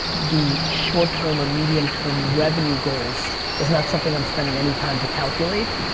the short-term or medium-term revenue goals is not something i'm spending any time to calculate.